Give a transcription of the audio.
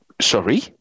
Sorry